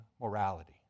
morality